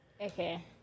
Okay